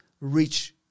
reach